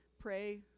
pray